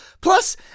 Plus